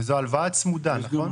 וזו הלוואה צמודה, נכון?